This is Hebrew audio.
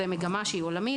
מדובר במגמה עולמית.